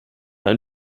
ein